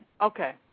Okay